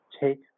take